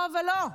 לא ולא.